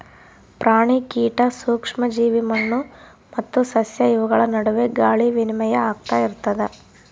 ಪ್ರಾಣಿ ಕೀಟ ಸೂಕ್ಷ್ಮ ಜೀವಿ ಮಣ್ಣು ಮತ್ತು ಸಸ್ಯ ಇವುಗಳ ನಡುವೆ ಗಾಳಿ ವಿನಿಮಯ ಆಗ್ತಾ ಇರ್ತದ